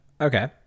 Okay